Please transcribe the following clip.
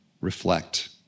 reflect